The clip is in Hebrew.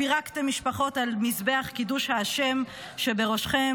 פירקתם משפחות על מזבח קידוש האשם שבראשכם,